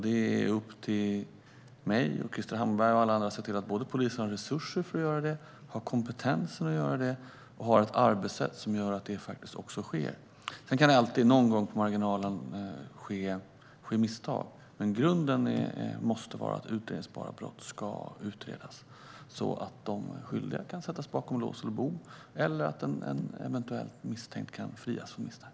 Det är upp till mig, Krister Hammarbergh och alla andra att se till att polisen har resurser att göra det, har kompetensen att göra det och har ett arbetssätt som gör att det sker. Sedan kan det alltid någon gång på marginalen ske misstag. Men grunden måste vara att utredningsbara brott ska utredas, så att de skyldiga kan sättas bakom lås och bom eller så att en misstänkt eventuellt kan frias från misstankar.